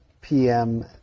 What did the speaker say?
PM